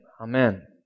Amen